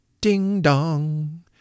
Ding-dong